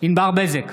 ענבר בזק,